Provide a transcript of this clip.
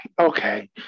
Okay